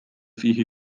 فيه